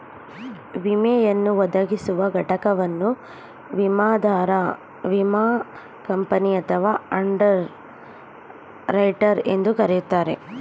ವಿಮೆಯನ್ನು ಒದಗಿಸುವ ಘಟಕವನ್ನು ವಿಮಾದಾರ ವಿಮಾ ಕಂಪನಿ ಅಥವಾ ಅಂಡರ್ ರೈಟರ್ ಎಂದು ಕರೆಯುತ್ತಾರೆ